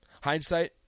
Hindsight